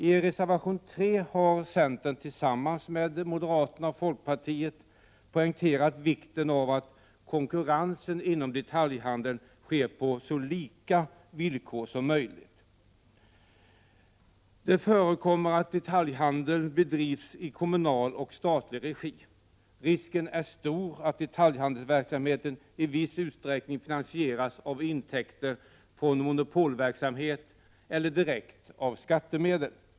I reservation 3 har centern tillsammans med moderaterna och folkpartiet poängterat vikten av att konkurrensen inom detaljhandeln sker på så lika villkor som möjligt. Det förekommer att detaljhandel bedrivs i kommunal och statlig regi. Risken är stor att detaljhandelsverksamheten i viss utsträckning finansieras av intäkter från monopolverksamhet eller direkt av skattemedel.